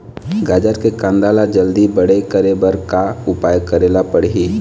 गाजर के कांदा ला जल्दी बड़े करे बर का उपाय करेला पढ़िही?